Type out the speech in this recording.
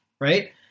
right